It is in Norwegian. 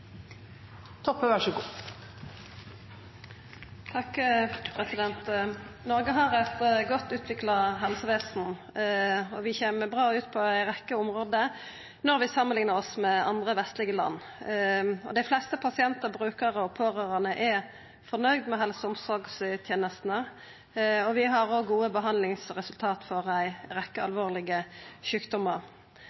vi kjem bra ut på ei rekkje område når vi samanliknar oss med andre vestlege land. Dei fleste pasientar, brukarar og pårørande er fornøgde med helse- og omsorgstenestene, og vi har òg gode behandlingsresultat for ei